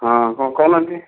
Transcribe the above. ହଁ କ'ଣ କହୁନାହାନ୍ତି